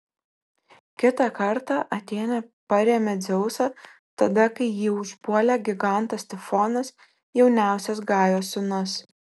kitą kartą atėnė parėmė dzeusą tada kai jį užpuolė gigantas tifonas jauniausias gajos sūnus